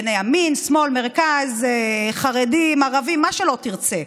ימין, שמאל, מרכז, חרדים, ערבים, מה שלא תרצה.